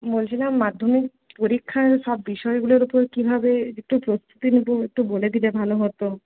বলছিলাম মাধ্যমিক পরীক্ষায় সব বিষয়গুলোর উপর কী ভাবে একটু প্রস্তুতি নেব একটু বলে দিলে ভালো হতো